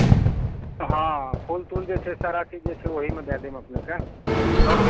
हाँ फूल तूल जे छै सारा चीज जे छै ओहिमे दए देब अपनेकेँ